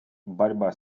борьба